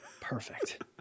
Perfect